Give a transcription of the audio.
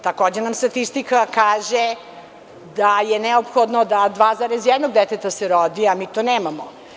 Takođe nam statistika kaže da je neophodno da 2,1 deteta se rodi, a mi to nemamo.